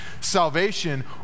Salvation